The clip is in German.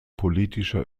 politischer